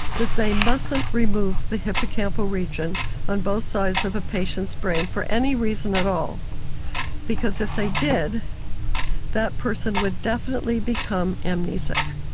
that they mustn't remove the hippocampal region on both sides of a patient's brain for any reason at all because if they did that person would definitely become amnesic.